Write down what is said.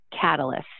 catalyst